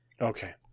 Okay